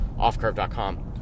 offcurve.com